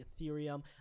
Ethereum